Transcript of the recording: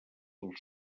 del